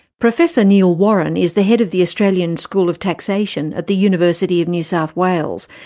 professor neil warren is the head of the australian school of taxation at the university of new south wales,